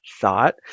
thought